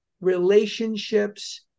relationships